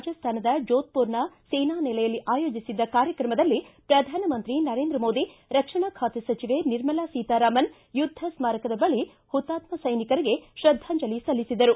ರಾಜಸ್ಥಾನದ ಜೋಧಪುರನ ಸೇನಾ ನೆಲೆಯಲ್ಲಿ ಆಯೋಜಿಸಿದ್ದ ಕಾರ್ಯಕ್ರಮದಲ್ಲಿ ಪ್ರಧಾನಮಂತ್ರಿ ನರೇಂದ್ರ ಮೋದಿ ರಕ್ಷಣಾ ಖಾತೆ ಸಚಿವೆ ನಿರ್ಮಲಾ ಸೀತಾ ರಾಮನ್ ಯುದ್ಧ ಸ್ಮಾರಕದ ಬಳಿ ಹುತಾತ್ಮ ಸೈನಿಕರಿಗೆ ಶ್ರದ್ಧಾಂಜಲಿ ಸಲ್ಲಿಸಿದರು